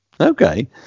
Okay